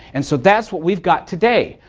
and so that's what we've got today.